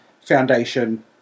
Foundation